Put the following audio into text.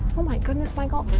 oh my goodness michael.